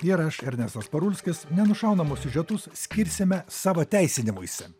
ir aš ernestas parulskis nenušaunamus siužetus skirsime savo teisinimuisi